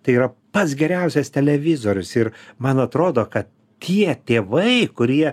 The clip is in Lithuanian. tai yra pats geriausias televizorius ir man atrodo kad tie tėvai kurie